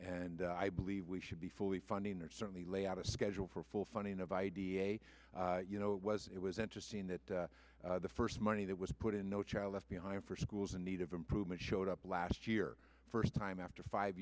and i believe we should be fully funding or certainly lay out a schedule for full funding of idea you know it was it was interesting that the first money that was put in no child left behind for schools in need of improvement showed up last year first time after five